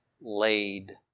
laid